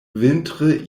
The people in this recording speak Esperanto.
vintre